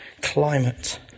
climate